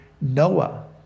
Noah